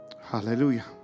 Hallelujah